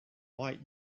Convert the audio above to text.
white